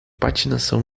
patinação